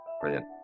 brilliant